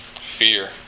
Fear